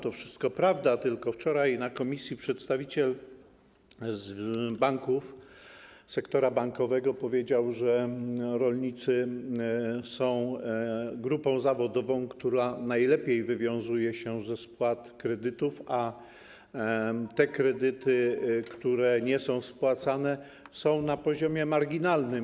To wszystko prawda, tylko wczoraj na posiedzeniu komisji przedstawiciel ze strony banków, z sektora bankowego powiedział, że rolnicy są grupą zawodową, która najlepiej wywiązuje się ze spłat kredytów, a te kredyty, które nie są spłacane, są na poziomie marginalnym.